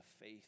faith